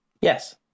Yes